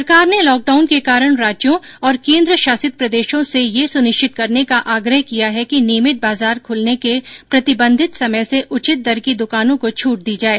सरकार ने लॉकडाउन के कारण राज्यों और केन्द्रशासित प्रदेशों से यह सुनिश्चित करने का आग्रह किया है कि नियमित बाजार खुलने के प्रतिबंधित समय से उचित दर की दुकानों को छूट दी जाए